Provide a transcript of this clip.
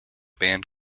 band